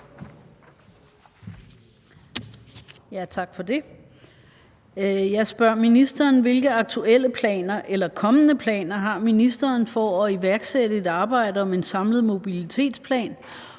Tak for det. Jeg spørger ministeren: Hvilke aktuelle planer eller kommende planer har ministeren for at iværksætte et arbejde om en samlet mobilitetsplan,